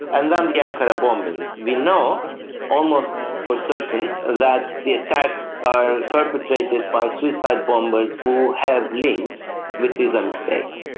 and then the ankara bombings. we know almost for certain that the attacks are perpetrated by suicide bombers who have links with the islamic state.